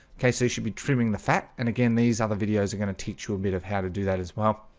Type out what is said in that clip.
okay, so you should be trimming the fat and again, these other videos are going to teach you a bit of how to do that as well